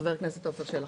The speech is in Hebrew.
חבר הכנסת עפר שלח,